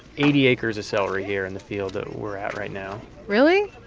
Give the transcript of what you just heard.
eighty acres of celery here in the field that we're at right now really?